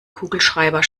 kugelschreiber